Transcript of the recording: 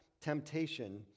temptation